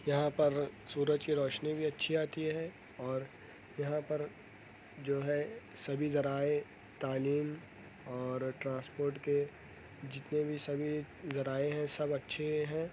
یہاں پر سورج کی روشنی بھی اچھی آتی ہے اور یہاں پر جو ہے سبھی ذرائع تعلیم اور ٹرانسپورٹ کے جتنے بھی سبھی ذرائع ہیں سب اچھے ہیں